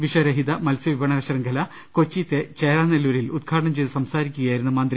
വിഷരഹിത മത്സൃവിപണനശൃംഖല കൊച്ചി ചേരാനെല്ലൂരിൽ ഉദ്ഘാടനം ചെയ്ത് സംസാരിക്കുകയായിരുന്നു അവർ